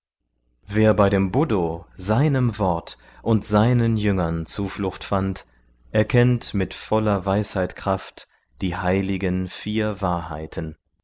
wer bei dem buddho seinem wort und seinen jüngern zuflucht fand erkennt mit voller weisheitkraft die heiligen vier wahrheiten